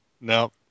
no